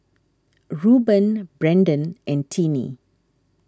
Rueben Brenden and Tinie